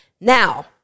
Now